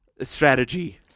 strategy